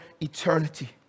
eternity